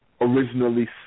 originally